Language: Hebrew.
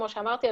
כמו שאמרתי,